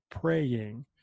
praying